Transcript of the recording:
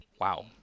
Wow